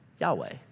Yahweh